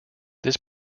this